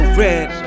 red